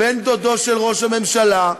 בן-דודו של ראש הממשלה.